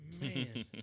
Man